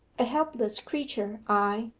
a helpless creature i,